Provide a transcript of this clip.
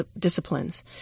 disciplines